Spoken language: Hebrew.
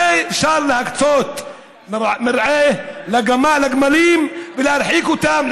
הרי אפשר להקצות מרעה לגמלים ולהרחיק אותם,